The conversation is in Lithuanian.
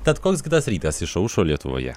tad koks gi tas rytas išaušo lietuvoje